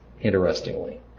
interestingly